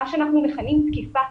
מה שאנחנו מכנים תקיפה.